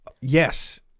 Yes